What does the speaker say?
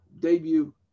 debut